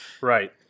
Right